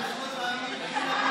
מאמינים,